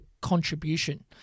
contribution